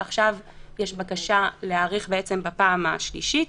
ועכשיו יש בקשה להאריך בפעם השלישית,